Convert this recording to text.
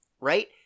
right